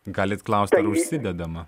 galit klaust ar užsidedama